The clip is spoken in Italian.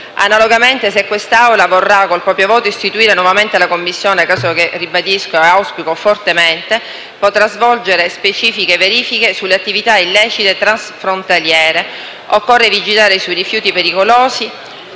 Analogamente, se quest'Aula vorrà con il proprio voto istituire nuovamente la Commissione (cosa che auspico fortemente), essa potrà svolgere specifiche verifiche sulle attività illecite transfrontaliere. Occorre vigilare sui rifiuti pericolosi,